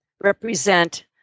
represent